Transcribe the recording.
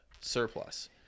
surplus